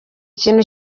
ikintu